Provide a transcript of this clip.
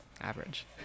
average